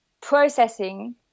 processing